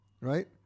right